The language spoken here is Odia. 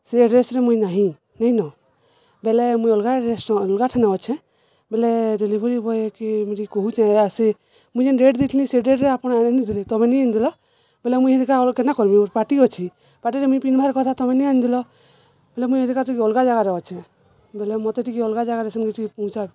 ସେ ଡ୍ରେସ୍ରେ ମୁଇଁ ନାହିଁ ନାଇଁନ ବେଲେ ମୁଇଁ ଅଲ୍ଗା ଡ୍ରେସ୍ଟେ ଅଲ୍ଗା ଠାନେ ଅଛେ ବେଲେ ଡେଲିଭରି ବଏକେ ମୁଇଁ ଟିକେ କହୁଚେ ଇଟା ସେ ମୁଇଁ ଯେନ୍ ଡେଟ୍ ଦେଇଥିଲି ସେ ଡେଟ୍ଟେ ଆପଣ ଆନି ଆନି ନିଦେଲେ ତମେ ନି ଆନିଦେଲ ବେଲେ ମୁଇଁ ଏଇିନିକା କେନ୍ତା କର୍ମି ମର୍ ପାର୍ଟି ଅଛେ ପାର୍ଟିରେ ମୁଇଁ ପିନ୍ଧ୍ବାର୍ କଥା ତମେ ନେଇ ଆନିଦେଲ ବେଲେ ମୁଇଁ ଏବେକା ଟିକେ ଅଲ୍ଗା ଜାଗାରେ ଅଛେ ବଲେ ମତେ ଟିକେ ଅଲ୍ଗା ଜାଗାରେ ସେନ୍କେ ଟିକେ ପୁହୁଁଚା